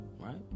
right